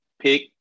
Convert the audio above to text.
Pick